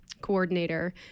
coordinator